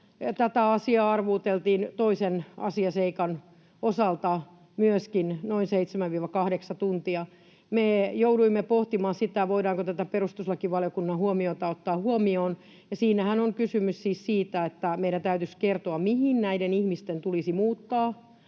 tätä asiaa arvuuteltiin toisen asiaseikan osalta myöskin noin 7—8 tuntia. Me jouduimme pohtimaan sitä, voidaanko tätä perustuslakivaliokunnan huomiota ottaa huomioon. Ja siinähän on kysymys siis siitä, että meidän täytyisi kertoa, mihin näiden ihmisten tulisi muuttaa